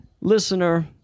Listener